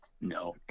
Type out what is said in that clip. No